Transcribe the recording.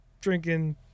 drinking